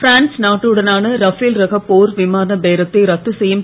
France நாட்டுடனான Rafale ரக போர் விமான பேரத்தை ரத்து செய்யும்